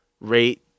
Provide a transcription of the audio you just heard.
rate